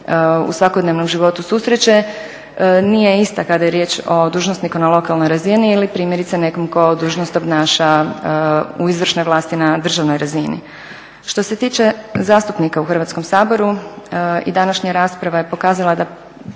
u svakodnevnom životu susreće nije ista kada je riječ o dužnosniku na lokalnoj razini ili primjerice nekom tko dužnost obnaša u izvršnoj vlasti na državnoj razini. Što se tiče zastupnika u Hrvatskom saboru i današnja rasprava je pokazala da